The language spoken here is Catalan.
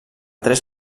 tres